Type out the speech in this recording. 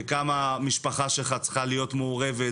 וכמה המשפחה שלך צריכה להיות מעורבת,